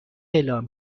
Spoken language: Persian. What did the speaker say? اعلام